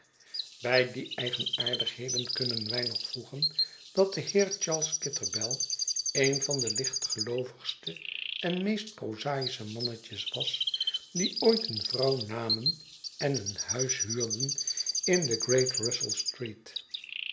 bij die eigenaardigheden kunnen wij nog voegen dat de heer charles kitterbell een van de lichtgeloovigste en meest prozalsche mannetjes was die ooit een vrouw namen en een huis huurden in de great russellstreet